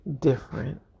different